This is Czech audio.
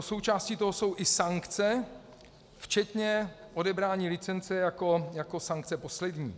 Součástí toho jsou i sankce včetně odebrání licence jako sankce poslední.